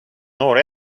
noor